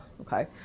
Okay